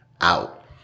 out